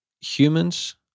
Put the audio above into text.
humans